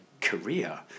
career